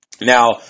now